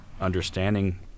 understanding